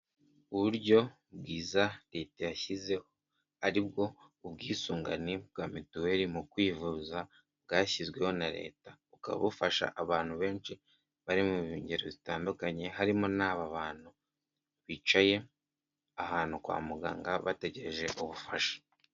Uburyo bwiza leta yashyizeho ari bwo ubwisungane bwa mituweli mu kwivuza bwashyizweho na leta bukaba bufasha abantu benshi bari mu ngeri zitandukanye harimo n'aba bantu bicaye ahantu kwa muganga bategereje ubufasha.